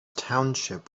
township